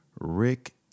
Rick